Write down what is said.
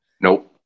Nope